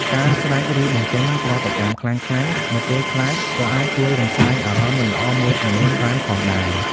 ការស្រែកឬបញ្ចេញប្រតិកម្មខ្លាំងៗនៅពេលខ្លាចក៏អាចជួយរំសាយអារម្មណ៍មិនល្អមួយចំនួនបានផងដែរ។